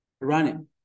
running